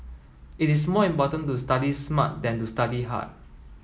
it is more important to study smart than to study hard